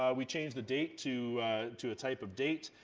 ah we change the date to to a type of date.